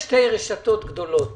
יש שתי רשתות גדולות